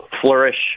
flourish